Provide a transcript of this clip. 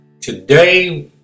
today